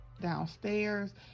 downstairs